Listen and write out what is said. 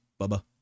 Bubba